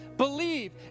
Believe